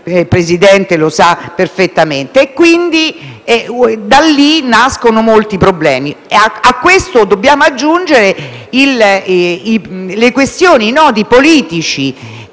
Presidente, conosce perfettamente. Di qui nascono molti problemi e a questo dobbiamo aggiungere le questioni e i nodi politici che